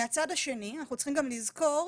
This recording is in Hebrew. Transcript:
מהצד השני, אנחנו צריכים גם לזכור,